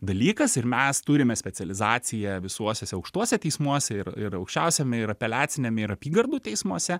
dalykas ir mes turime specializaciją visuose aukštuose teismuose ir ir aukščiausiame ir apeliaciniam ir apygardų teismuose